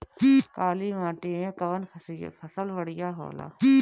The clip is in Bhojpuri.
काली माटी मै कवन फसल बढ़िया होला?